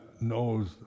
knows